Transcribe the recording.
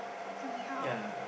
coming out